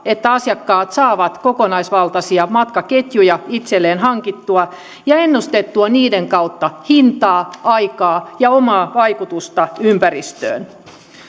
että asiakkaat saavat kokonaisvaltaisia matkaketjuja itselleen hankittua ja ennustettua niiden kautta hintaa aikaa ja omaa vaikutusta ympäristöön